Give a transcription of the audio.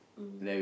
mm